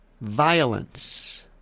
violence